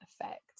effect